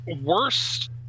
worst